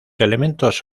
elementos